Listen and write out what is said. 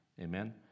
Amen